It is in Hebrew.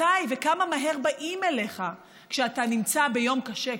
מתי וכמה מהר באים אליך כשאתה נמצא ביום קשה,